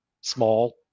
small